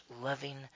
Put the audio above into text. loving